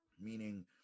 meaning